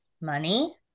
Money